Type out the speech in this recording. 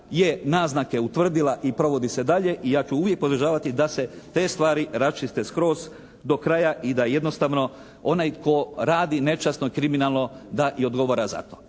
je naznake utvrdila i provodi se dalje. I ja ću uvijek podržavati da se te stvari raščiste skroz do kraja i da jednostavno onaj tko radi nečasno i kriminalno da i odgovara za to.